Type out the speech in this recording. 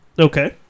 Okay